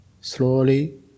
slowly